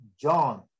John